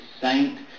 saint